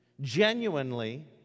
genuinely